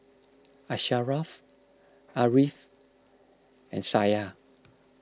Asharaff Ariff and Syah